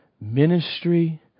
ministry